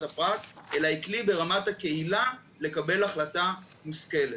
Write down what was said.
הפרט אלא היא כלי ברמת הקהילה לקבל החלטה מושכלת.